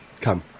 Come